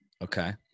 Okay